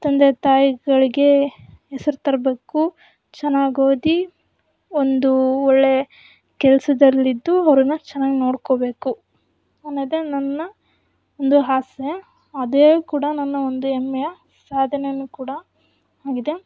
ತಂದೆ ತಾಯಿಗಳಿಗೆ ಹೆಸ್ರು ತರಬೇಕು ಚೆನ್ನಾಗಿ ಓದಿ ಒಂದು ಒಳ್ಳೆಯ ಕೆಲಸದಲ್ಲಿದ್ಧು ಅವರನ್ನ ಚೆನ್ನಾಗಿ ನೋಡ್ಕೋಬೇಕು ಅನ್ನೋದೇ ನನ್ನ ಒಂದು ಆಸೆ ಅದೇ ಕೂಡ ನನ್ನ ಒಂದು ಹೆಮ್ಮೆಯ ಸಾಧನೆನೂ ಕೂಡ ಆಗಿದೆ